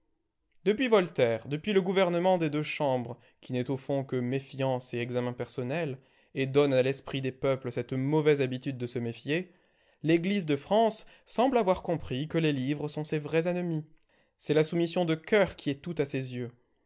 depuis voltaire depuis le gouvernement des deux chambres qui n'est au fond que méfiance et examen personnel et donne à l'esprit des peuples cette mauvaise habitude de se méfier l'église de france semble avoir compris que les livres sont ses vrais ennemis c'est la soumission de coeur qui est tout à ses yeux